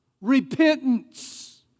Repentance